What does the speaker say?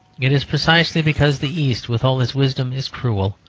it is precisely because the east, with all its wisdom, is cruel,